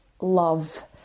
love